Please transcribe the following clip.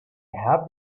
have